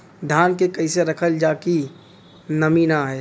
धान के कइसे रखल जाकि नमी न आए?